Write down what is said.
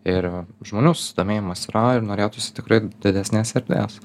ir žmonių susidomėjimas yra ir norėtųsi tikrai didesnės erdvės